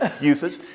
usage